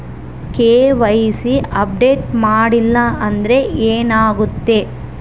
KYC update ಮಾಡಿಲ್ಲ ಅಂದ್ರೆ ಏನಾಗುತ್ತೆ?